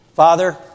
Father